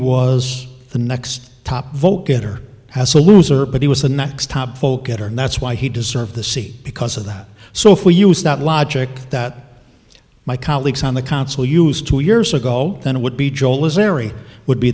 was the next top vote getter as a loser but he was the next top folk at her and that's why he deserved the seat because of that so if we use that logic that my colleagues on the consul used to years ago then it would be joel is very would be